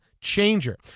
changer